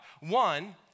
One